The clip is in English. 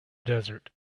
desert